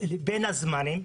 "בין הזמנים",